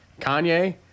Kanye